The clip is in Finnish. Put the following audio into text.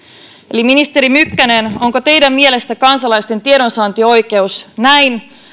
eli ministeri mykkänen onko teidän mielestänne kansalaisten tiedonsaantioikeus näin